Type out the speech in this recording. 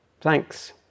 Thanks